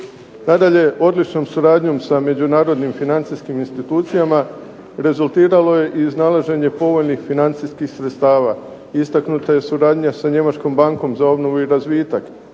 Nadalje, odličnom suradnjom sa međunarodnim financijskim institucijama rezultiralo je i iznalaženje povoljnih financijskih sredstava. Istaknuta je i suradnja sa Njemačkom bankom za obnovu i razvitak,